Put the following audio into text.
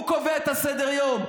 הוא קובע את סדר-היום.